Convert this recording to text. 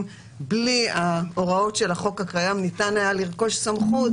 בלי ההוראות של החוק הקיים ניתן היה לרכוש סמכות,